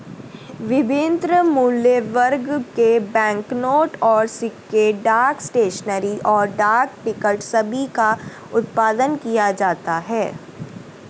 विभिन्न मूल्यवर्ग के बैंकनोट और सिक्के, डाक स्टेशनरी, और डाक टिकट सभी का उत्पादन किया जाता है